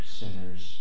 sinners